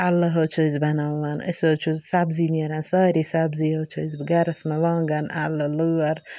اَلہٕ حظ چھِ أسۍ بَناوان اَسہِ حٕظ چھِ سَبزی نیران سٲرٕے سَبزی حظ چھِ اسہِ نیران گَرَس منٛز وانٛگَن اَلہٕ لٲر